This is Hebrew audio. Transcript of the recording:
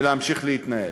ולהמשיך להתנהל.